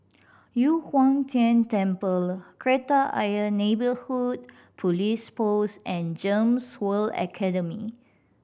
Yu Huang Tian Temple Kreta Ayer Neighbourhood Police Post and GEMS World Academy